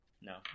No